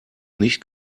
nicht